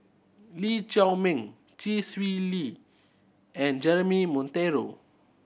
Lee Chiaw Meng Chee Swee Lee and Jeremy Monteiro